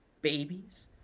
Babies